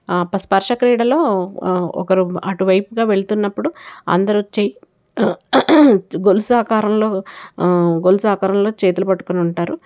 ఒక స్పర్శ క్రీడలో ఒకరు అటువైపుగా వెళుతున్నప్పుడు అందరూ వచ్చి గొలుసు ఆకారంలో గొలుసాకారంలో చేతులు పట్టుకుని ఉంటారు